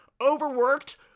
overworked